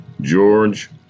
George